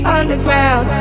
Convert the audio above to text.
Underground